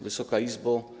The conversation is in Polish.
Wysoka Izbo!